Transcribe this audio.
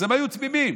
אז היו תמימים,